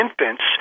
infants